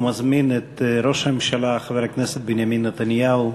ומזמין את ראש הממשלה חבר הכנסת בנימין נתניהו